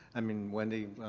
i mean, wendy,